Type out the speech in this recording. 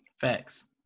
Facts